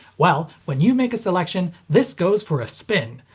well, when you make a selection, this goes for a spin.